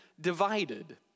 divided